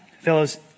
Fellows